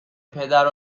پدر